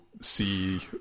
see